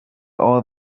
all